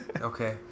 okay